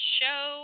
show